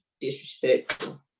disrespectful